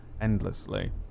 endlessly